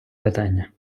питання